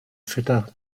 vetter